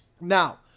Now